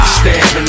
stand